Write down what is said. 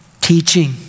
Teaching